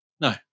No